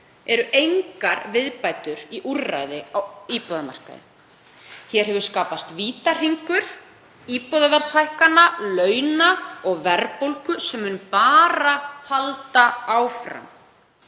eru engar viðbætur í úrræði á íbúðamarkaðnum. Hér hefur skapast vítahringur íbúðaverðshækkana, launa og verðbólgu sem mun bara halda áfram.